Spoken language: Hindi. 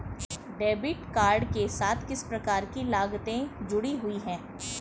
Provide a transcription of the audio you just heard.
डेबिट कार्ड के साथ किस प्रकार की लागतें जुड़ी हुई हैं?